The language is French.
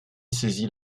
saisit